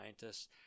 scientists